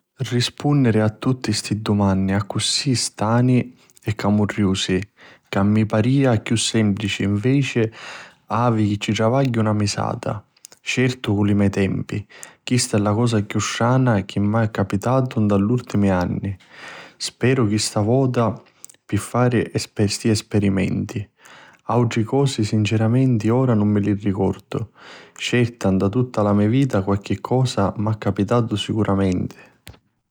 Rispunniri a tutti sti dumanni accussì stani e camurriusi che mi parìa chiù semplici nveci havi chi ci travagghiu na misata, certu cu li mei tempi. Chista è la cosa chiù strana chi m'ha' capitatu nta l'urtimi anni. Speru ch'è l'urtima vota di fari sti spirimenti. Autri cosi sinceramenti ora nun mi li ricordu, certu nta tutta la me vita qualchi cosa m'ha' capitatu sicuramenti.